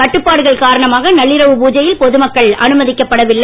கட்டுப்பாடுகள்காரணமாக நள்ளிரவுபூஜையில்பொதுமக்கள்அனுமதிக்கப்படவில்லை